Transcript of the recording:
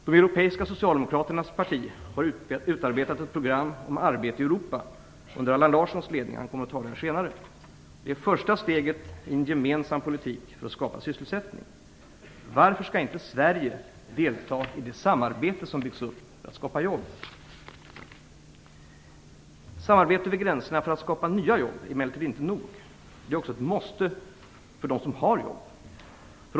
De europeiska socialdemokraternas parti har utarbetat ett program om arbete i Europa under Allan Larssons ledning - han kommer att tala om det senare. Det är det första steget in i en gemensam politik för att skapa sysselsättning. Varför skall inte Sverige delta i det samarbete som byggs upp för att skapa jobb? Samarbete över gränserna för att skapa nya jobb är emellertid inte nog. Det är också ett måste för dem som har jobb.